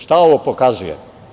Šta ovo pokazuje?